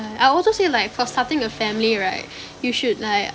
I also say like for starting a family right you should like